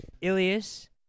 Ilias